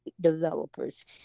developers